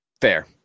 Fair